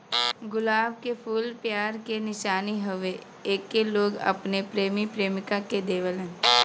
गुलाब के फूल प्यार के निशानी हउवे एके लोग अपने प्रेमी प्रेमिका के देलन